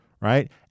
right